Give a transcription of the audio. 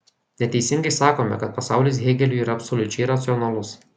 neteisingai sakome kad pasaulis hėgeliui yra absoliučiai racionalus